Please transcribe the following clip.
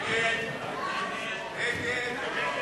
את הצעת חוק